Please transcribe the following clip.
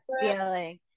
feeling